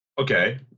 Okay